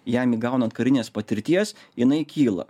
jam įgaunant karinės patirties jinai kyla